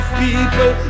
people